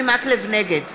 נגד